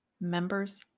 members